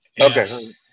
Okay